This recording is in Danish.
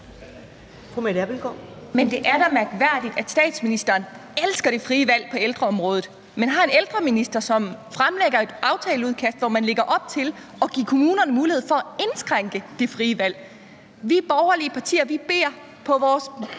Men det er da mærkværdigt, at statsministeren elsker det frie valg på ældreområdet, men har en ældreminister, som fremlægger et aftaleudkast, hvor man lægger op til at give kommunerne mulighed for at indskrænke det frie valg. Vi borgerlige partier beder på vores